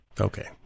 Okay